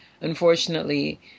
Unfortunately